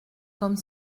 comme